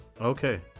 Okay